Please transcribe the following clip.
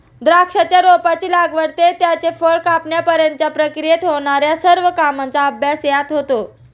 द्राक्षाच्या रोपाची लागवड ते त्याचे फळ कापण्यापर्यंतच्या प्रक्रियेत होणार्या सर्व कामांचा अभ्यास यात होतो